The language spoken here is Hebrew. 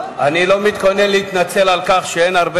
אני לא מתכוון להתנצל על כך שאין הרבה